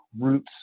roots